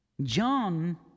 John